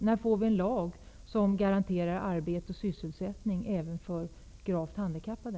När får vi en lag som garanterar arbete och sysselsättning även för gravt handikappade?